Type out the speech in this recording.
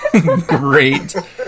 great